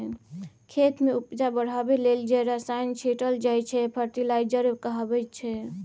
खेत मे उपजा बढ़ाबै लेल जे रसायन छीटल जाइ छै फर्टिलाइजर कहाबै छै